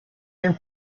been